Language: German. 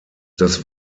das